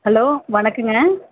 hello வணக்கங்க